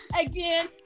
Again